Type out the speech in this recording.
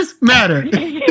matter